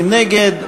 מי נגד?